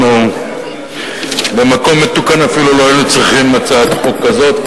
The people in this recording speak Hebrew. אנחנו במקום מתוקן אפילו לא היינו צריכים הצעת חוק כזאת,